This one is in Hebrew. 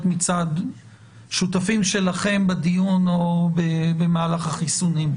מצד שותפים שלכם בדיון או במהלך החיסונים.